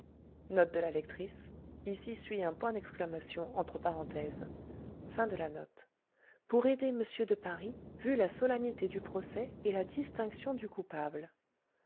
pour aider m de paris vu la solennité du procès et la distinction du coupable